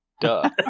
Duh